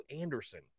Anderson